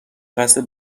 قصد